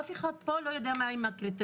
אף אחד פה לא יודע מה הם הקריטריונים,